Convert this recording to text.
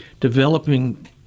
developing